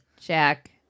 Jack